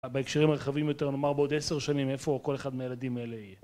בהקשרים הרחבים יותר נאמר בעוד עשר שנים איפה כל אחד מהילדים האלה יהיה